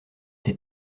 tes